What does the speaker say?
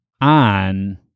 on